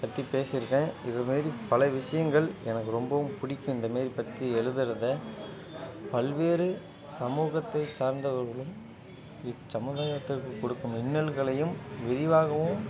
பற்றி பேசி இருக்கேன் இதுமாரி பல விஷயங்கள் எனக்கு ரொம்பவும் பிடிக்கும் இந்தமாரி பற்றி எழுதுறதை பல்வேறு சமூகத்தை சார்ந்தவர்களும் இச் சமுதாயத்தில் கொடுக்கும் இன்னல்களையும் விரிவாகவும்